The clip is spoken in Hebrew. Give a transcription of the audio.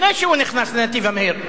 לפני שהוא נכנס לנתיב המהיר.